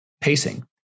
pacing